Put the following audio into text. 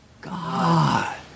God